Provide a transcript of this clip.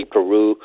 Peru